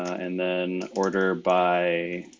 and then order by